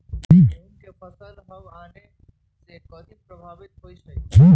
गेंहू के फसल हव आने से काहे पभवित होई छई?